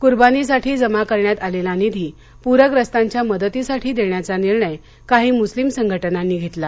कुर्बानीसाठी जमा करण्यात आलेला निधी पूर्यस्तांच्या मदतीसाठी देण्याचा निर्णय काही मुस्लीम संघटनांनी घेतला